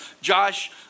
Josh